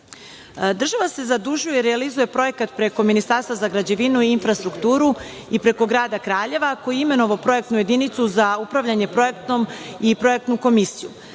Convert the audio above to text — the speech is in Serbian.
40%.Država se zadužuje, realizuje projekat preko Ministarstva za građevinu i infrastrukturu i preko grada Kraljeva koji je imenovao projektnu jedinicu za upravljanje projektom i projektnu komisiju. Grad